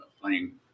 playing